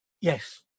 Yes